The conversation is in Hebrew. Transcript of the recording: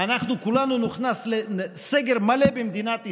אנחנו כולנו נוכנס לסגר מלא במדינת ישראל,